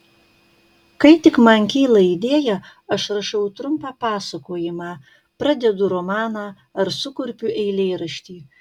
kai tik man kyla idėja aš rašau trumpą pasakojimą pradedu romaną ar sukurpiu eilėraštį